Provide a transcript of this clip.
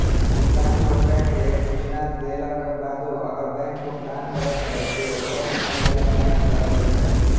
भुगतान रोकै के सूचना देलाक बादो अगर बैंक भुगतान करै छै, ते ओकर जिम्मेदारी बैंक पर होइ छै